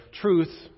truth